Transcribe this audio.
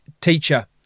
Teacher